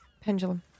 Pendulum